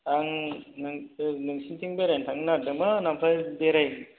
आं नोंसोर नोंसिनिथिं बेरायनो थांनो नागेरदोंमोन ओमफ्राय बेराय